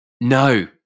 No